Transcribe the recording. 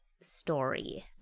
story